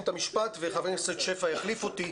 את המשפט וחבר הכנסת שפע יחליף אותי.